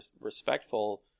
respectful